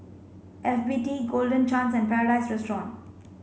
F B T Golden Chance and Paradise Restaurant